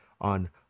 on